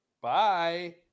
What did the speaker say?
bye